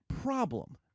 problem